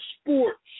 sports